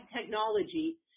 technology